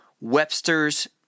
Webster's